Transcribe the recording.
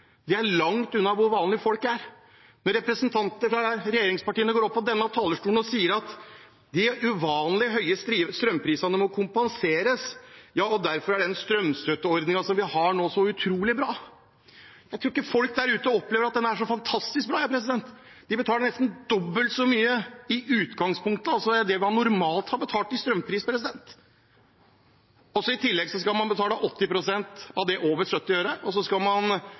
går opp på denne talerstolen og sier at de uvanlig høye strømprisene må kompenseres, og derfor er den strømstøtteordningen vi har nå, så utrolig bra. Jeg tror ikke folk der ute opplever at den er så fantastisk bra, jeg. De betaler nesten dobbelt så mye som det man normalt har betalt i strømpris. I tillegg skal man betale 80 pst. av det over 70 øre, og så skal man